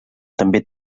també